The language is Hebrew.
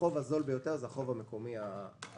החוב הזול ביותר הוא החוב המקומי הסחיר,